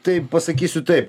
tai pasakysiu taip